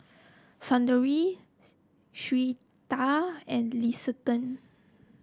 Saundra Syreeta and Liston